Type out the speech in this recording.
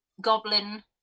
Goblin